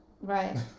Right